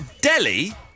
Delhi